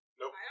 Nope